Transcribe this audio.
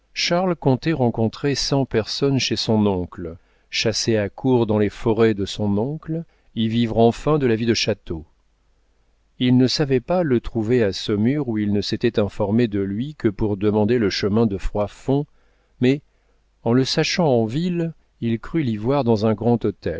charles comptait rencontrer cent personnes chez son oncle chasser à courre dans les forêts de son oncle y vivre enfin de la vie de château il ne savait pas le trouver à saumur où il ne s'était informé de lui que pour demander le chemin de froidfond mais en le sachant en ville il crut l'y voir dans un grand